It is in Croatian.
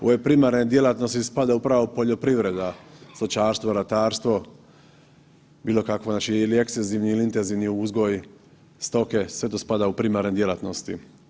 U ove primarne djelatnosti spadaju upravo poljoprivreda, stočarstvo, ratarstvo, bilo kakva, znači ili ekstenzivni ili intenzivni uzgoj stoke, sve to spada u primarne djelatnosti.